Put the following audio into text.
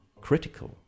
critical